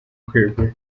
kwegura